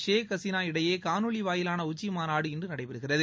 ஷேக் ஹசீனா இடையே காணொலி வாயிலான உச்சி மாநாடு இன்று நடைபெறுகிறது